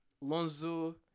Lonzo